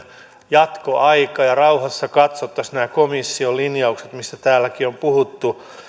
jatkoaika ja rauhassa katsottaisiin nämä komission linjaukset mistä täälläkin on puhuttu